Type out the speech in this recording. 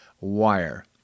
wire